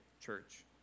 church